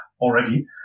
already